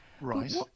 Right